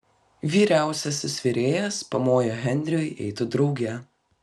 vyriausiasis virėjas pamojo henriui eiti drauge